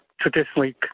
traditionally